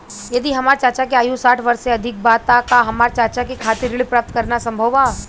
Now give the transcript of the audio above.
यदि हमार चाचा के आयु साठ वर्ष से अधिक बा त का हमार चाचा के खातिर ऋण प्राप्त करना संभव बा?